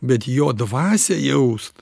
bet jo dvasią jaust